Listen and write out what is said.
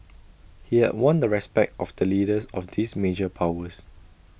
he had won the respect of the leaders of these major powers